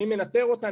מי מנטר אותן?